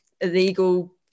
illegal